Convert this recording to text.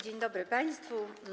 Dzień dobry państwu.